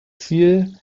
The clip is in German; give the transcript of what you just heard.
ziel